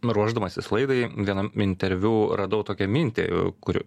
ruošdamasis laidai vienam interviu radau tokią mintį kur